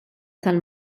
tal